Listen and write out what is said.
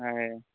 ହଏ